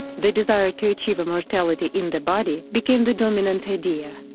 the desire to achieve immortality in the body became the dominant idea.